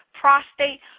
Prostate